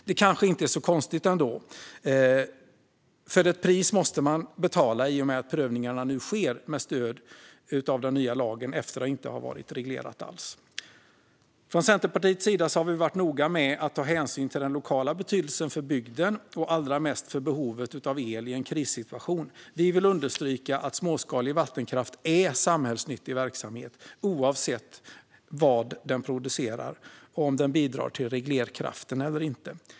Det kanske inte är så konstigt, för ett pris måste betalas i och med att prövningarna nu sker med stöd i den nya lagen efter att inte ha varit reglerade alls. Från Centerpartiets sida har vi varit noga med att ta hänsyn till den lokala betydelsen för bygden och allra mest till behovet av el i en krissituation. Vi vill understryka att småskalig vattenkraft är samhällsnyttig verksamhet oavsett vad den producerar och oavsett om den bidrar till reglerkraften eller inte.